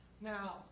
Now